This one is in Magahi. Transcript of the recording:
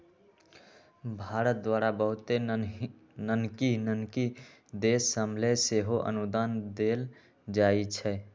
भारत द्वारा बहुते नन्हकि नन्हकि देश सभके सेहो अनुदान देल जाइ छइ